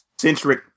Centric